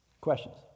Questions